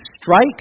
strikes